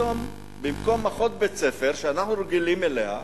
כשפתאום במקום אחות בית-ספר, שאנחנו רגילים אליה,